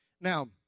Now